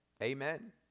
Amen